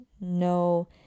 no